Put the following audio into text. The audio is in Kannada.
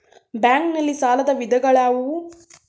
ಬ್ಯಾಂಕ್ ನಲ್ಲಿ ಸಾಲದ ವಿಧಗಳಾವುವು?